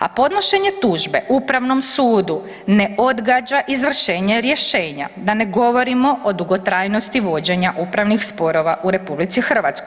A podnošenje tužbe Upravnom sudu ne odgađa izvršenje rješenja, da ne govorimo o dugotrajnosti vođenja upravnih sporova u RH.